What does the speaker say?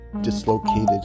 dislocated